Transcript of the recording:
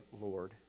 Lord